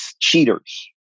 cheaters